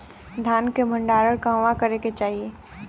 धान के भण्डारण कहवा करे के चाही?